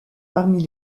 parmi